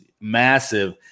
massive